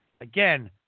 Again